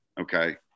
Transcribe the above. Okay